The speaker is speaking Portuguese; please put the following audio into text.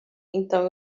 então